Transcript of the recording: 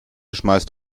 schmeißt